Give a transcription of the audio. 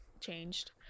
changed